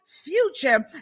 future